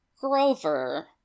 grover